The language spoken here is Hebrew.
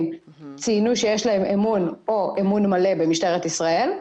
ציינו שיש להם אמון או אמון מלא במשטרת ישראל.